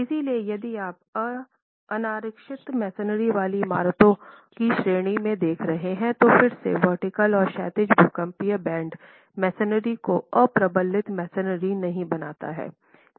इसलिए यदि आप अनारक्षित मैसनरी वाली इमारतों की श्रेणियों को देख रहे हैं तो फिर से वर्टिकल और क्षैतिज भूकंपीय बैंड मैसनरी को प्रबलित मैसनरी नहीं बनाते हैं